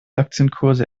aktienkurse